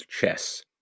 chess